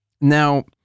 Now